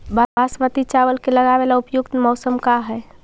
बासमती चावल के लगावे ला उपयुक्त मौसम का है?